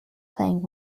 playing